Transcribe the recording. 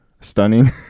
stunning